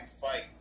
fight